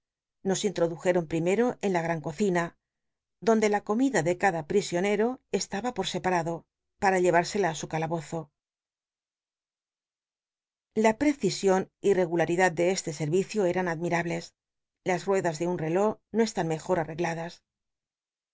nos inllodujeron primero en la gran cocina donde la comida de cada prisionero estaba por scpamdo parn llev ir sela í su calabozo la ptccision y regulal idad de este servicio can admirables las ruedas de un rcló no cslün mejor arregladas